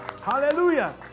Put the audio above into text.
Hallelujah